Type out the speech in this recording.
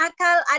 akal